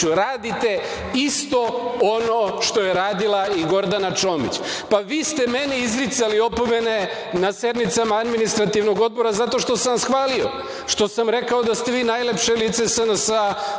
radite isto ono što je radila i Gordana Čomić. Vi ste meni izricali opomene na sednicama Administrativnog odbora zato što sam vas hvalio, što sam rekao da ste vi najlepše lice SNS, da